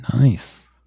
Nice